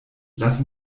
lass